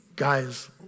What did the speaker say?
Guys